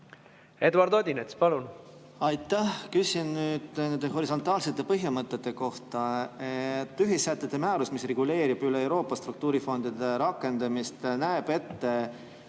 Eduard Odinets, palun! Aitäh! Ma küsin nende horisontaalsete põhimõtete kohta. Ühissätete määrus, mis reguleerib üle Euroopa struktuurifondide rakendamist, näeb ette,